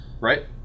Right